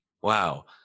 Wow